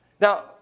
Now